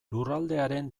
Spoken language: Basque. lurraldearen